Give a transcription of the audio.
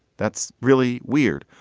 that's really weird.